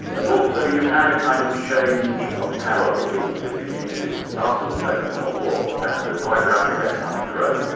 and also you had a kind of change of power between the two communities. after the second world war, when there was quite rapid economic growth,